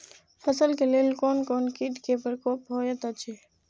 फसल के लेल कोन कोन किट के प्रकोप होयत अछि?